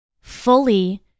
fully